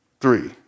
three